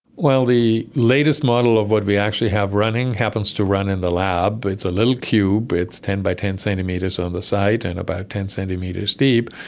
well, the latest model of what we actually have running happens to run in the lab. it's a little cube, it's ten by ten centimetres on the side and about ten centimetres deep,